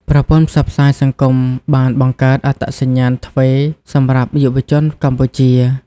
ប្រព័ន្ធផ្សព្វផ្សាយសង្គមបានបង្កើតអត្តសញ្ញាណទ្វេសម្រាប់យុវជនកម្ពុជា។